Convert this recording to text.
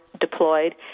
deployed